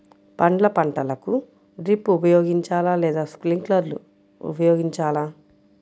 పండ్ల పంటలకు డ్రిప్ ఉపయోగించాలా లేదా స్ప్రింక్లర్ ఉపయోగించాలా?